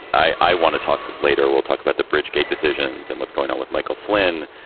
i i want to talk later. we'll talk about the bridgegate decisions and what's going on with michael flynn.